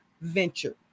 venture